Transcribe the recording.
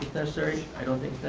necessary. i don't think